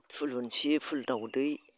थुलुसि फुल दाउदै